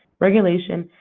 regulation,